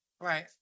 Right